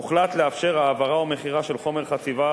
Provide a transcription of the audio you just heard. הוחלט לאפשר העברה או מכירה של חומר חציבה